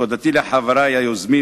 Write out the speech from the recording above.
תודתי לחברי היוזמים,